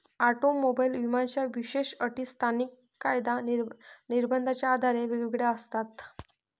automobile विम्याच्या विशेष अटी स्थानिक कायदा निर्बंधाच्या आधारे वेगवेगळ्या असतात